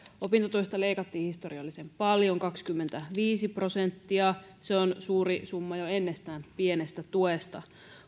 opintotuesta leikattiin historiallisen paljon kaksikymmentäviisi prosenttia se on suuri summa jo ennestään pienestä tuesta